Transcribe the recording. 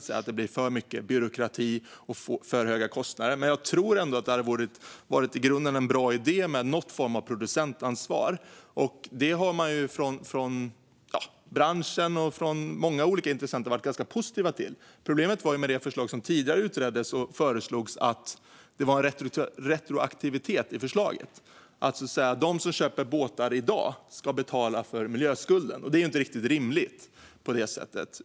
Jag tror att det blir för mycket byråkrati och för höga kostnader. Men jag tror att det i grunden är en bra idé med någon form av producentansvar. Det har branschen och många olika intressenter varit ganska positiva till. Problemet med det förslag som tidigare utreddes var att det var en retroaktivitet i förslaget. De som köper båtar i dag skulle betala för miljöskulden, och det är inte riktigt rimligt.